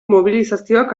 mobilizazioak